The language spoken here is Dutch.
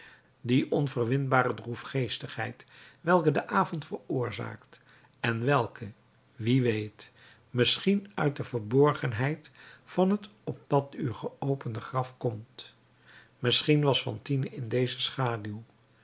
die onverwinbare droefgeestigheid welke de avond veroorzaakt en welke wie weet misschien uit de verborgenheid van het op dat uur geopende graf komt misschien was fantine in deze schaduw